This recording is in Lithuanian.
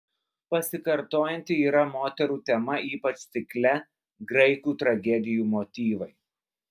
pasikartojanti yra moterų tema ypač cikle graikų tragedijų motyvai